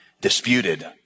disputed